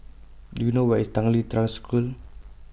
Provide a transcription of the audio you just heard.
Do YOU know Where IS Tanglin Trust School